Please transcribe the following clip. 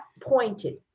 pointed